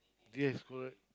yes correct